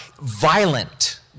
violent